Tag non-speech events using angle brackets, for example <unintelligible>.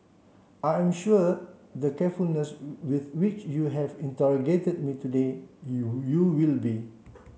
I am sure the given <unintelligible> with which you have interrogated me today you you will be